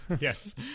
Yes